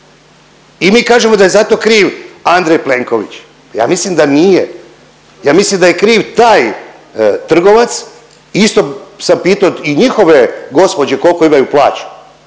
i mi kažemo da je za to kriv Andrej Plenković. Ja mislim da nije, ja mislim da je kriv taj trgovac. Isto sam pitao i njihove gospođe koliko imaju plaću,